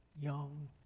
young